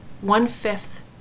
one-fifth